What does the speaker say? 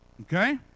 okay